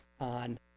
on